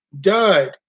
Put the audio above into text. died